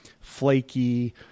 flaky